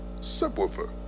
subwoofer